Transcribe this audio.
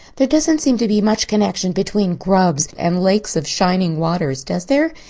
there doesn't seem to be much connection between grubs and lakes of shining waters, does there?